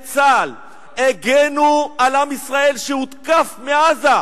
צה"ל הגנו על עם ישראל שהותקף מעזה,